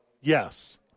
Yes